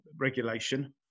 regulation